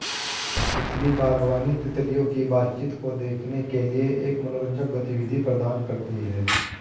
तितली बागवानी, तितलियों की बातचीत को देखने के लिए एक मनोरंजक गतिविधि प्रदान करती है